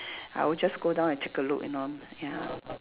I will just go down and take a look you know ya